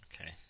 Okay